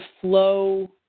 flow